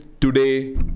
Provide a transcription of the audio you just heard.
today